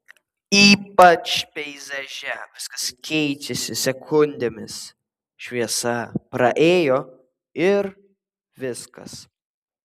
ypač peizaže viskas keičiasi sekundėmis šviesa praėjo ir viskas